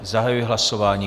Zahajuji hlasování.